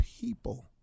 people